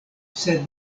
sed